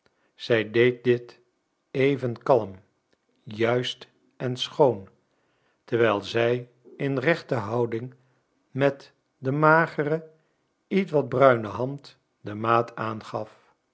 zij deed dit even kalm juist en schoon terwijl zij in rechte houding met de magere ietwat bruine hand de maat aangaf